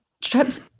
trips